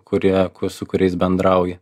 kurie su kuriais bendrauji